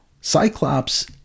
Cyclops